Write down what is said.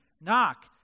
knock